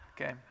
Okay